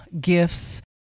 gifts